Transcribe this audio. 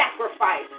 sacrifice